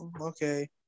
okay